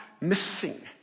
missing